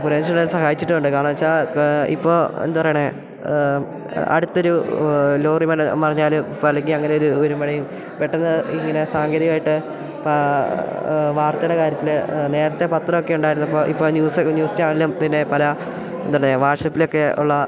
പുരോഗമിച്ചിട്ടുണ്ട് സഹായിച്ചിട്ടുണ്ട് കാരണമെന്ന് വെച്ചാൽ ഇപ്പോൾ എന്തറേണേ അടുത്തൊരു ലോറിമന മറിഞ്ഞാല് ഇപ്പം അല്ലെങ്കിൽ അങ്ങനെ ഒരു വരുമ്പഴ് പെട്ടെന്ന് ഇങ്ങനെ സാങ്കേതികമായിട്ട് വാർത്തയുടെ കാര്യത്തില് നേരത്തെ പത്രൊക്കെ ഉണ്ടായിരുന്നപ്പോൾ ഇപ്പം ന്യൂസ് ന്യൂസ് ചാനലും പിന്നെ പല പിന്നെ എന്തുണ്ട് വാട്ട്സപ്പിലൊക്കെ ഉള്ള